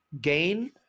gain